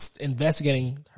investigating